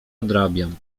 odrabiam